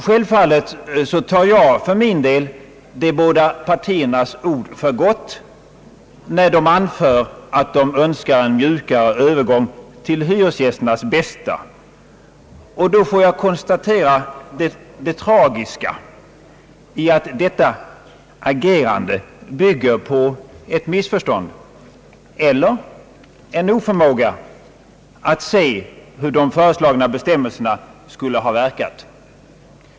Självfallet tar jag de båda partiernas ord för gott, när de anför att de önskat en mjukare övergång till hyresgästernas bästa, och då får jag konstatera det tragiska i att detta agerande bygger på ett missförstånd eller en oförmåga att se hur de föreslagna bestämmelserna skulle ha verkat.